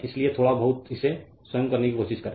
इसलिए थोड़ा बहुत इसे स्वयं करने की कोशिश करें